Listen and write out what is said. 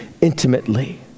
intimately